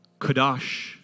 kadosh